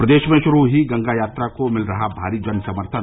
प्रदेश में शुरू हुई गंगा यात्रा को मिल रहा भारी जन समर्थन